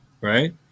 right